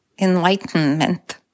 enlightenment